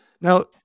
Now